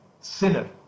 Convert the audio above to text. sinner